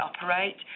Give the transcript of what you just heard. operate